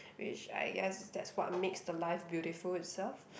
which I guess that's what makes the life beautiful itself